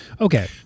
Okay